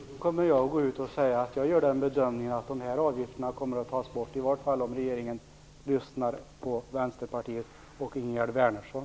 Herr talman! Jag tackar för det svaret. Jag kommer med anledning av det att gå ut och säga att jag gör den bedömningen att dessa avgifter kommer att tas bort, åtminstone om regeringen lyssnar på Vänsterpartiet och Ingegerd Wärnersson.